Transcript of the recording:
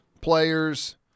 players